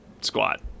squat